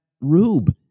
rube